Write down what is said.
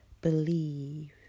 believe